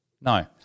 No